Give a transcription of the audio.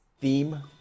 theme